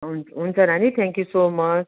हुन्छ नानी thank you so much